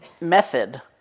method